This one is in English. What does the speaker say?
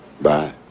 Bye